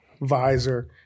visor